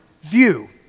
view